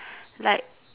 like